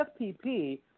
FPP